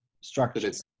structures